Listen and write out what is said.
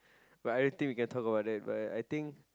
but everything we can talk about that but I think